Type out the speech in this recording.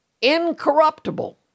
incorruptible